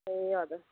ए हजुर